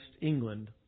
England